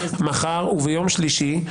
מחר וביום שלישי,